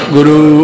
Guru